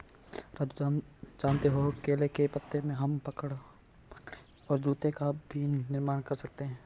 राजू जानते हो केले के पत्ते से हम कपड़े और जूते का भी निर्माण कर सकते हैं